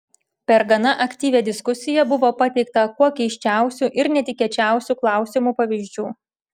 per gana aktyvią diskusiją buvo pateikta kuo keisčiausių ir netikėčiausių klausimų pavyzdžių